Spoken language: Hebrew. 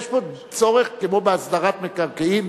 יש פה צורך כמו בהסדרת מקרקעין.